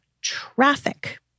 traffic